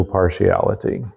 partiality